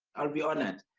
i'll be honored.